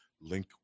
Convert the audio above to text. link